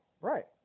Right